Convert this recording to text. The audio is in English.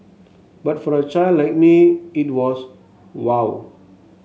but for a child like me it was wow